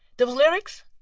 the lyrics?